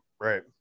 Right